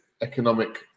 economic